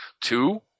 two